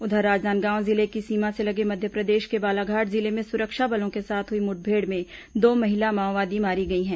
उधर राजनांदगांव जिले की सीमा से लगे मध्यप्रदेश के बालाघाट जिले में सुरक्षा बलों के साथ हई मुठभेड़ में दो महिला माओवादी मारी गई हैं